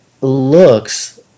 looks